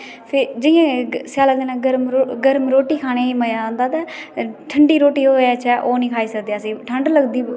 फिर जियां स्यालदे दिने च रोटी खाने च मजा आंदा ते ठंडी रोटी होवे ते ओह् नेई खाई सकदे असी ठंड लगदी